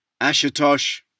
Ashatosh